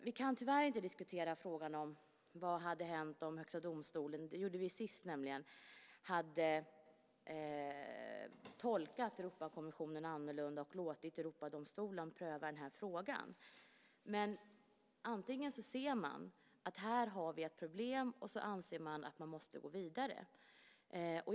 Vi kan tyvärr inte diskutera frågan, det gjorde vi nämligen sist, vad som hade hänt om Högsta domstolen hade tolkat Europakonventionen annorlunda och låtit Europadomstolen pröva den här frågan. Antingen ser man att här har vi ett problem och anser att man måste gå vidare eller inte.